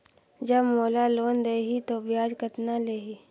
जब मोला लोन देही तो ब्याज कतना लेही?